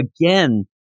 again